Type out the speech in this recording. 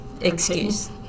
excuse